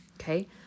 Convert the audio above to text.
Okay